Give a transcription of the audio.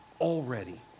already